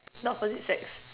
not about the sex